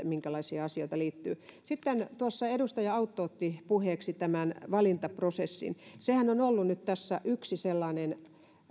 minkälaisia asioita tähän liittyy sitten tuossa edustaja autto otti puheeksi tämän valintaprosessin sehän on ollut nyt tässä yksi sellainen